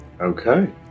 Okay